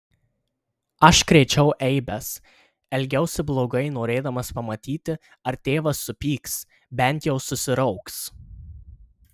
aš krėčiau eibes elgiausi blogai norėdamas pamatyti ar tėvas supyks bent jau susirauks